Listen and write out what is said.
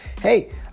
hey